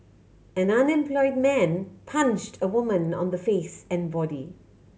an unemployed man punched a woman on the face and body